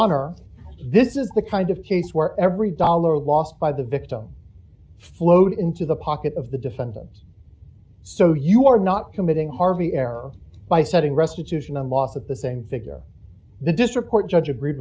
honor this is the kind of case where every dollar lost by the victim flowed into the pocket of the defendants so you are not committing harvey error by setting restitution on loss of the same figure the district court judge agreed